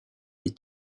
les